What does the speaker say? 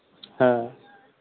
हाँ